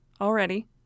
already